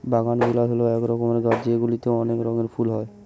বাগানবিলাস হল এক রকমের গাছ যেগুলিতে অনেক রঙের ফুল হয়